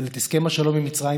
אבל את הסכם השלום עם מצרים,